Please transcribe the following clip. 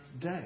day